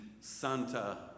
Santa